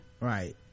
right